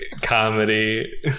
comedy